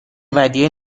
ودیعه